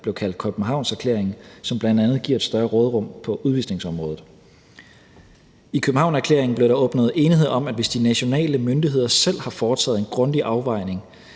blev kaldt Københavnererklæringen, og som bl.a. giver et større råderum på udvisningsområdet. I Københavnerklæringen blev der opnået enighed om, at hvis de nationale myndigheder selv har foretaget en grundig afvejning